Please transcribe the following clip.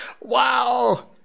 Wow